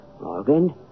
Morgan